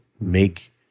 make